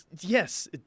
Yes